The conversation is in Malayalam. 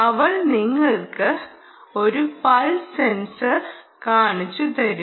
അവൾ നിങ്ങൾക്ക് ഒരു പൾസ് സെൻസർ കാണിച്ചു തരും